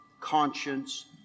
conscience